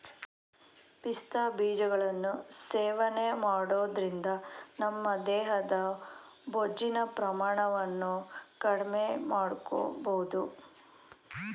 ಪಿಸ್ತಾ ಬೀಜಗಳನ್ನು ಸೇವನೆ ಮಾಡೋದ್ರಿಂದ ನಮ್ಮ ದೇಹದ ಬೊಜ್ಜಿನ ಪ್ರಮಾಣವನ್ನು ಕಡ್ಮೆಮಾಡ್ಬೋದು